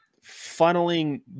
funneling